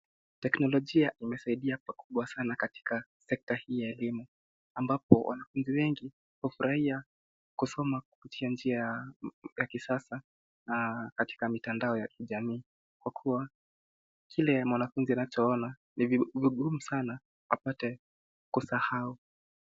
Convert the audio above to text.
Teknolojia imesaidia pakubwa sana katika sekta hii ya elimu ambapo wanafunzi wengi hufurahia kusoma kupitia njia ya kisasa katika mitandao ya kijamii kwa kuwa kile mwananfunzi anachoona ni vigumu sana apate kusahau.